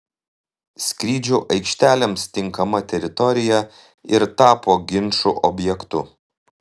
skrydžių aikštelėms tinkama teritorija ir tapo ginčų objektu